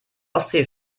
ostsee